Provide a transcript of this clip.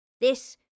This